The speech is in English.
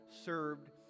served